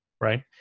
right